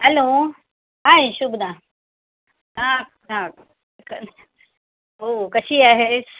hello आय शुभदा हां हो कशी आहेस